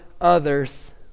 others